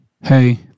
Hey